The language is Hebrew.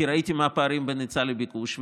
כי ראיתי מה הפערים בין היצע לביקוש,